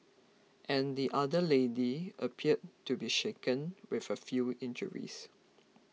and the other lady appeared to be shaken with a few injuries